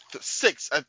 six